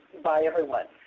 by everyone.